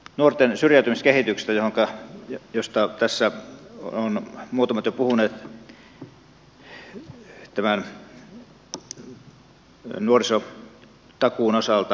nuorten syrjäytymiskehityksestä josta tässä ovat muutamat jo puhuneet tämän nuorisotakuun osalta